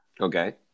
Okay